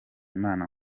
imana